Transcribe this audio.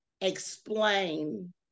explain